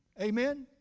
Amen